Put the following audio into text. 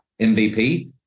MVP